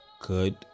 Good